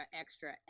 extra